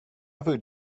ever